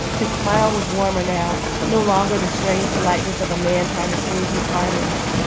his smile was warmer now, no longer the strained politeness of a man trying to prove he's harmless.